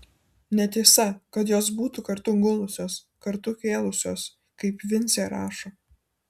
netiesa kad jos būtų kartu gulusios kartu kėlusios kaip vincė rašo